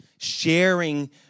sharing